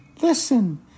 Listen